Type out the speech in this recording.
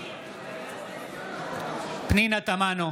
פנינה תמנו,